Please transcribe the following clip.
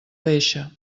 deixa